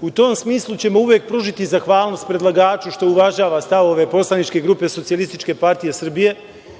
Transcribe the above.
U tom smislu ćemo uvek pružiti zahvalnost predlagaču što uvažava stavove poslaničke grupe SPS, imajući